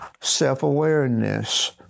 self-awareness